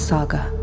Saga